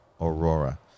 Aurora